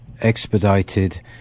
expedited